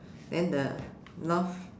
then the north